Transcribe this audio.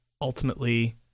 ultimately